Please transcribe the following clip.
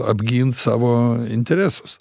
apgint savo interesus